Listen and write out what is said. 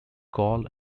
call